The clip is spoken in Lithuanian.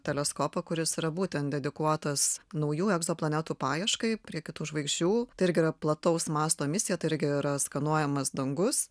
teleskopą kuris yra būtent dedikuotas naujų egzoplanetų paieškai prie kitų žvaigždžių tai irgi yra plataus masto misija tai irgi yra skanuojamas dangus